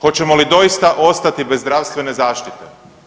Hoćemo li doista ostati bez zdravstvene zaštite?